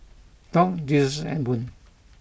Dock Jesus and Boone